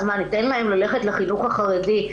אז ניתן להם ללכת לחינוך החרדי?